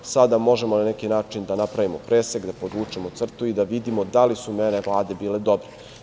Sada možemo na neki način da napravimo presek, da podvučemo crtu i da vidimo da li su mere Vlade bile dobre.